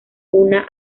una